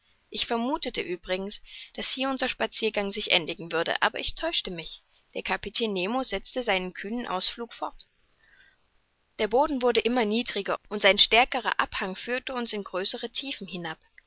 ich vermuthete übrigens daß hier unser spaziergang sich endigen würde aber ich täuschte mich der kapitän nemo setzte seinen kühnen ausflug fort der boden wurde immer niedriger und sein stärkerer abhang führte uns in größere tiefen hinab